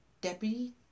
Deputy